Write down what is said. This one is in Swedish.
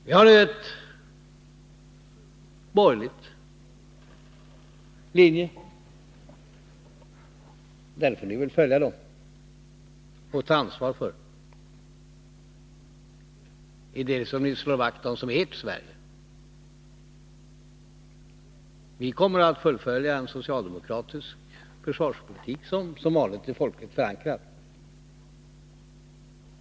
Ni för en borgerlig politik, som ni väl får följa och ta ansvar för. Ni får slå vakt om det som är av värde i ert Sverige. Vi kommer att fullfölja en socialdemokratisk försvarspolitik, vilken — som vanligt — är folkligt förankrad.